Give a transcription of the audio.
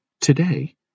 Today